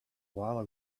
while